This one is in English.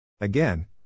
Again